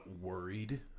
worried